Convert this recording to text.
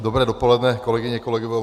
Dobré dopoledne, kolegyně a kolegové.